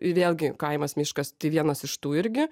vėlgi kaimas miškas tai vienas iš tų irgi